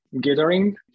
gathering